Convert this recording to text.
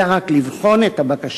אלא רק לבחון את הבקשות,